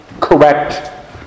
correct